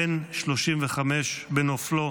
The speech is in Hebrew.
בן 35 בנופלו.